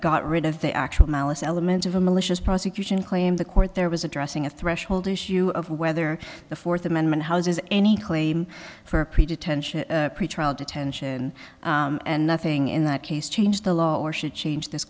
got rid of the actual malice elements of a malicious prosecution claim the court there was addressing a threshold issue of whether the fourth amendment houses any claim for a pretentious pretrial detention and nothing in that case change the law or should change this